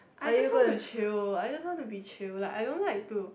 I just want to chill I just want to be chill like I don't like to